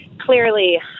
Clearly